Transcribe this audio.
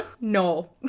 No